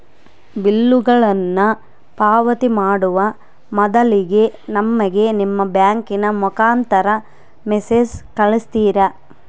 ಬಿಲ್ಲುಗಳನ್ನ ಪಾವತಿ ಮಾಡುವ ಮೊದಲಿಗೆ ನಮಗೆ ನಿಮ್ಮ ಬ್ಯಾಂಕಿನ ಮುಖಾಂತರ ಮೆಸೇಜ್ ಕಳಿಸ್ತಿರಾ?